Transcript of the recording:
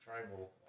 tribal